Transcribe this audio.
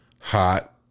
Hot